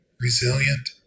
resilient